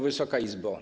Wysoka Izbo!